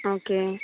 okay